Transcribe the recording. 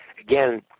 Again